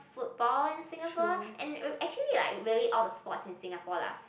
football in Singapore and actually like really all the sports in Singapore lah